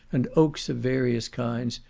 and oaks of various kinds,